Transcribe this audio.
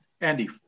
Andy